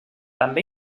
també